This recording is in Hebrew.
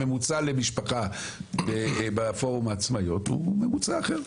הממוצע למשפחה בפורום העצמאיות הוא ממוצע אחר.